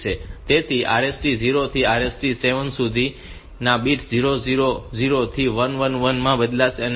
તેથી RST 0 થી RST 7 સુધી આ બિટ્સ 0 0 0 થી 1 1 1 માં બદલાશે